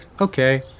Okay